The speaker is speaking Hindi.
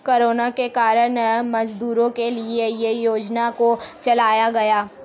कोरोना के कारण मजदूरों के लिए ये योजना को चलाया गया